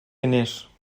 diners